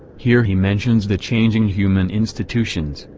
here he mentions the changing human institutions,